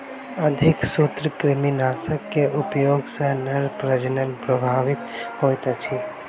अधिक सूत्रकृमिनाशक के उपयोग सॅ नर प्रजनन प्रभावित होइत अछि